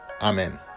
Amen